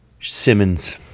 Simmons